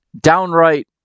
downright